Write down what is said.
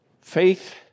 Faith